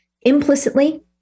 implicitly